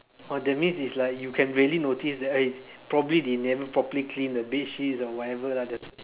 oh that means is like you can really notice that eh probably they never properly clean the bedsheets or whatever lah there's